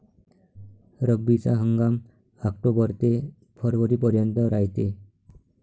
रब्बीचा हंगाम आक्टोबर ते फरवरीपर्यंत रायते